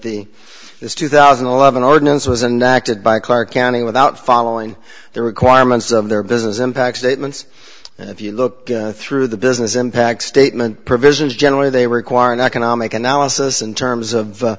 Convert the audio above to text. the it's two thousand and eleven ordinance was and acted by clark county without following the requirements of their business impact statements and if you look through the business impact statement provisions generally they require an economic analysis in terms of